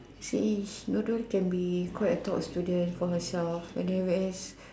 see Nurul can be quite a top student for herself whereas